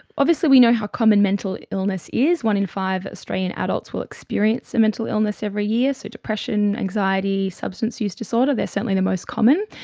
obviously we know how common mental illness is, one in five australian adults will experience a mental illness every year, so depression, anxiety, substance use disorder, they are certainly the most common.